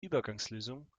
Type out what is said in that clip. übergangslösung